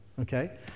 okay